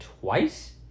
twice